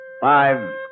Five